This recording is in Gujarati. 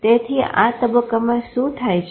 તેથી આ તબક્કામાં શું થાય છે